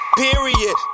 period